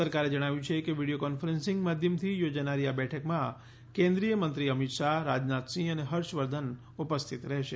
સરકારે જણાવ્યું છે કે વીડિયો કોન્ફરન્સિંગ માધ્યમથી યોજાનારી આ બેઠકમાં કેન્દ્રીય મંત્રી અમિત શાહ રાજનાથસિંહ અને હર્ષવર્ધન ઉપસ્થિત રહેશે